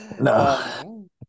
No